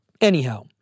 Anyhow